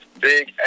Big